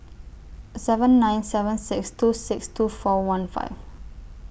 seven nine seven six two six two four one five